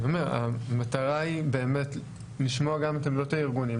המטרה היא באמת לשמוע גם את עמדות הארגונים.